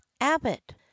abbott